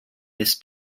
this